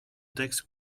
texte